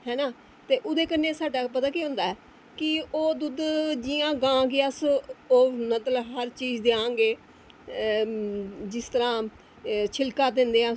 ऐ ना ओह्दे कन्नै साढ़ा पता केह् होंदा कि ओह् दुद्ध जियां गौ गी अस ओह् मतलब हर चीज़ देआं गे जिस तरहां छिलका दिन्ने आं